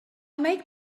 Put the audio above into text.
make